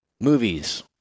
Movies